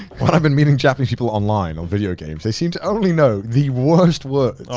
when i've been meeting japanese people online on video games, they seem to only know the worst words. oh